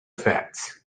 facts